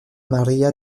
maria